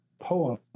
poem